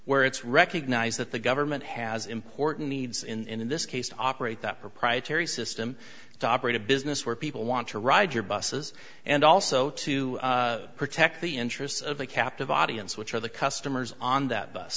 where it's recognized that the government has important needs in this case to operate that proprietary system to operate a business where people want to ride your buses and also to protect the interests of a captive audience which are the customers on that bus